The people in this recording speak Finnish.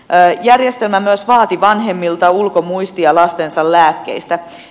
järjestelmä myös vaati vanhemmilta ulkomuistia lastensa lääkkeistä